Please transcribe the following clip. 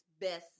best